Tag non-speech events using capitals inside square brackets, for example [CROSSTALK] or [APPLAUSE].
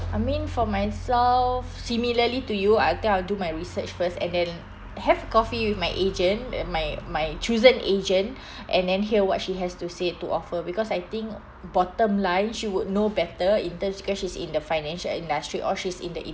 I mean for myself similarly to you I think I'll do my research first and then have coffee with my agent uh my my chosen agent [BREATH] and then hear what she has to say to offer because I think bottom line she would know better in terms because she's in the financial industry or she's in the